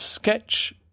Sketch